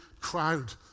crowd